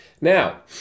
Now